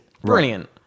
Brilliant